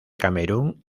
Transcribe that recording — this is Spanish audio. camerún